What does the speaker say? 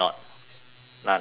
none also can